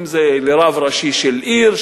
אם לרב ראשי של עיר,